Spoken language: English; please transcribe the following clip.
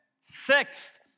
sixth